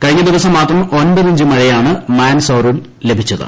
കഴിഞ്ഞ ദിവസം മാത്രം ഒമ്പത് ഇഞ്ച് മഴയാണ് മാൻഡ്സൌറിൽ ലഭിച്ചത്